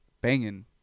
Banging